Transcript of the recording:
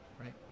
right